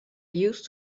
used